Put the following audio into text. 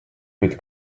mit